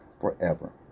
forever